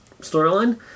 storyline